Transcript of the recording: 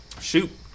Shoot